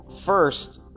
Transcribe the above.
First